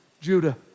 Judah